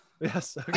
yes